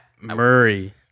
Murray